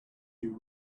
you